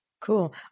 Cool